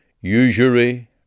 usury